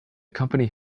company